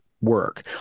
work